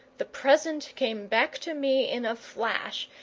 the present came back to me in a flash,